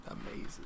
amazing